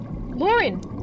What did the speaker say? Lauren